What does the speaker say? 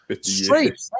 Straight